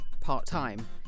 part-time